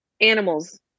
Animals